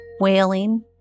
wailing